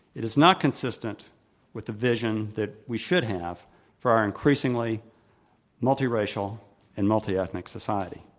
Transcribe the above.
it is not consi stent with the vision that we should have for our increasingly multiracial and multiethnic society.